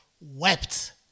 wept